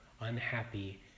unhappy